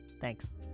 Thanks